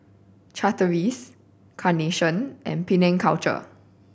Chateraise Carnation and Penang Culture